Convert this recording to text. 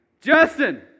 Justin